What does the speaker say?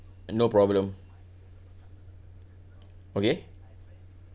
no problem okay